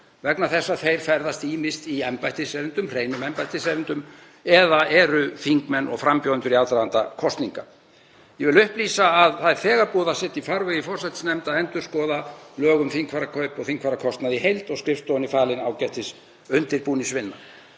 vegna þess að þeir ferðast ýmist í hreinum embættiserindum eða eru þingmenn og frambjóðendur í aðdraganda kosninga. Ég vil upplýsa að það er þegar búið að setja í farveg í forsætisnefnd að endurskoða lög um þingfararkaup og þingfararkostnað í heild og skrifstofu er falin ágætisundirbúningsvinna.